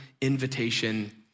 invitation